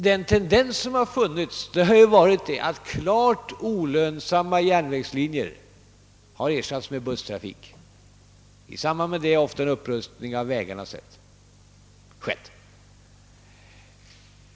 Den tendens som har funnits har varit att klart olönsamma järnvägslinjer har ersatts med busstrafik. I samband med detta har ofta en upprustning av vägarna gjorts.